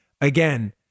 again